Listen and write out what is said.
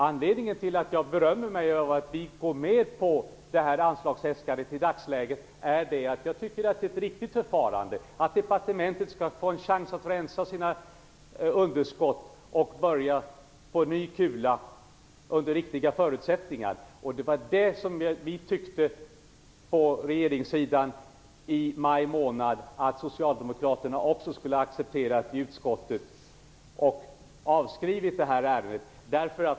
Anledningen till att jag berömmer mig av att vi går med på anslagsäskandet i dagsläget är den, att jag tycker att det är ett riktigt förfarande att ge departementet en chans att rensa sina underskott och börja på ny kula under riktiga förutsättningar. Det var det som vi på regeringssidan i utskottet tyckte att också socialdemokraterna skulle ha accepterat i maj månad, så att ärendet kunnat avskrivas.